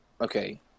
Okay